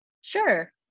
Sure